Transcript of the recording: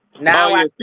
Now